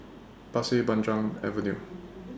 Pasir Panjang Avenue